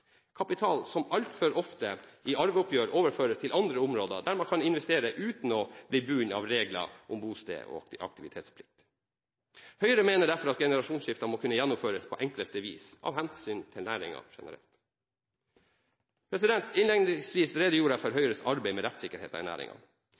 kapital som altfor ofte i arveoppgjør overføres til andre områder, der man kan investere uten å bli bundet av regler om bosted og aktivitetsplikt. Høyre mener derfor at generasjonsskifter må kunne gjennomføres på enkleste vis av hensyn til næringen generelt. Innledningsvis redegjorde jeg for